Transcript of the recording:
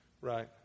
right